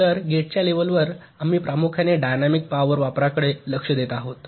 तर गेट्सच्या लेव्हलवर आम्ही प्रामुख्याने डायनॅमिक पॉवर वापराकडे लक्ष देत आहोत